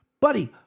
Buddy